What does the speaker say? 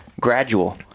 gradual